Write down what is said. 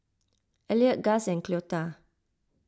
Elliott Guss and Cleola